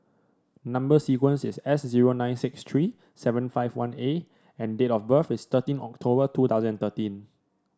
number sequence is S zero nine six three seven five one A and date of birth is thirteen October two thousand thirteen